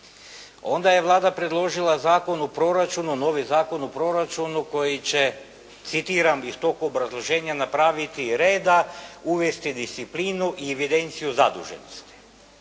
Onda je Vlada predložila Zakon o proračunu, novi Zakon o proračunu koji će citiram iz tog obrazloženja “napraviti reda, uvesti disciplinu i evidenciju zaduženosti“